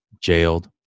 jailed